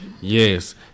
Yes